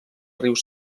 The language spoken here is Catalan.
rius